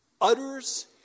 utters